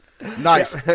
nice